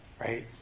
Right